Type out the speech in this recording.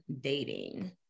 dating